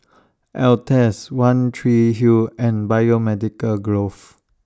Altezs one Tree Hill and Biomedical Grove